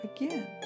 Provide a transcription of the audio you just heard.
again